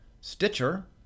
Stitcher